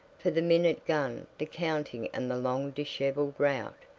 for the minute gun, the counting and the long disheveled rout,